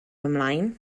ymlaen